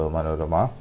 Manorama